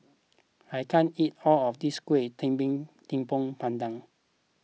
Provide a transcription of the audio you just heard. I can't eat all of this Kueh Talam Tepong Pandan